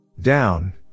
Down